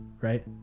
right